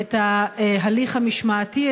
את ההליך המשמעתי,